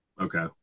okay